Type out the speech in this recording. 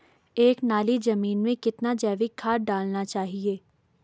एक नाली जमीन में कितना जैविक खाद डालना चाहिए?